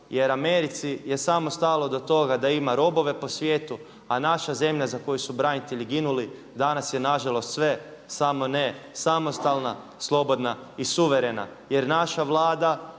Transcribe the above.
jer Americi je samo stalo do toga da ima robove po svijetu a naša zemlja za koju su branitelji ginuli danas je nažalost sve samo ne samostalna, slobodna i suverena jer naša Vlada